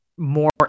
more